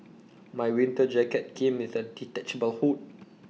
my winter jacket came with A detachable hood